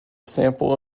sample